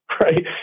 right